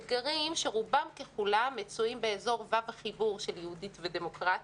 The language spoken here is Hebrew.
אתגרים שרובם ככולם מצויים באזור ו"ו החיבור של "יהודית ודמוקרטית",